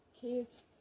kids